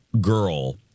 girl